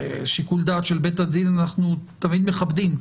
הרי שיקול דעת של בית הדין, אנחנו תמיד מכבדים.